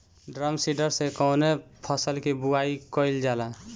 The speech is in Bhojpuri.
ड्रम सीडर से कवने फसल कि बुआई कयील जाला?